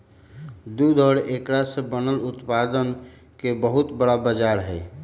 दूध और एकरा से बनल उत्पादन के बहुत बड़ा बाजार हई